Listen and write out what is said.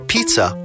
Pizza